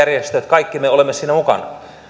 puolueet työmarkkinajärjestöt kaikki me on siinä mukana